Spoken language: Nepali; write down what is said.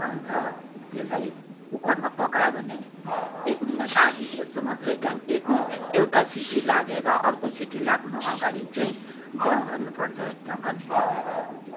अन्त त्यसलाई कुकरमा पकायो भने एक मिनट आदि जस्तो मात्रै टाइम एक मिनट एउटा सिटी लागेर अर्को सिटी लाग्नु अगाडि चाहिँ बन्द गर्नु पर्छ ढकनी लगाएर